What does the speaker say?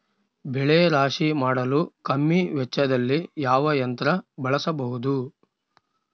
ಬೆಳೆ ರಾಶಿ ಮಾಡಲು ಕಮ್ಮಿ ವೆಚ್ಚದಲ್ಲಿ ಯಾವ ಯಂತ್ರ ಬಳಸಬಹುದು?